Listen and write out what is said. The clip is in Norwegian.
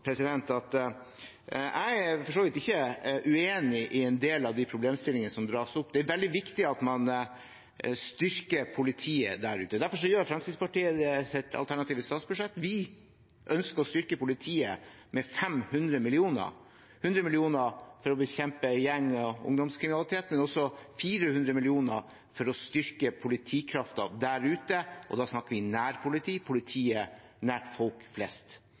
for så vidt ikke uenig i en del av de problemstillingene som dras opp. Det er veldig viktig at man styrker politiet. Derfor gjør Fremskrittspartiets det i sitt alternative statsbudsjett. Vi ønsker å styrke politiet med 500 mill. kr: 100 mill. kr for å bekjempe gjeng- og ungdomskriminalitet og 400 mill. kr for å styrke politikraften der ute. Da snakker vi om nærpoliti – politiet nær folk flest.